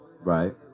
Right